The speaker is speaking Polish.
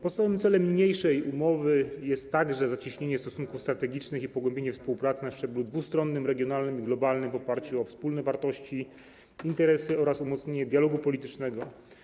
Podstawowym celem niniejszej umowy jest zacieśnienie stosunków strategicznych i pogłębienie współpracy na szczeblu dwustronnym, regionalnym i globalnym w oparciu o wspólne wartości i interesy oraz umocnienie dialogu politycznego.